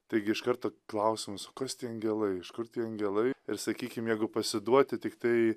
taigi iš karto klausimus kas tie angelai iš kur tie angelai ir sakykim jeigu pasiduoti tiktai